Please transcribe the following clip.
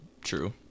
true